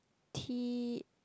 T